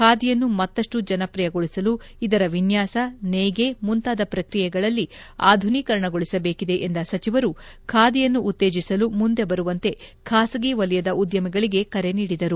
ಬಾದಿಯನ್ನು ಮತ್ತಷ್ಟು ಜನಪ್ರಿಯಗೊಳಿಸಲು ಇದರ ವಿನ್ಹಾಸ ನೇಯ್ಗೆ ಮುಂತಾದ ಪ್ರಕ್ರಿಯೆಗಳಲ್ಲಿ ಆಧುನೀಕರಣಗೊಳಿಸಬೇಕಿದೆ ಎಂದ ಸಚಿವರು ಖಾದಿಯನ್ನು ಉತ್ತೇಜಿಸಲು ಮುಂದೆ ಬರುವಂತೆ ಖಾಸಗಿ ವಲಯದ ಉದ್ದಮಿಗಳಿಗೆ ಕರೆ ನೀಡಿದರು